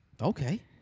Okay